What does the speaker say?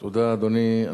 תודה, אדוני.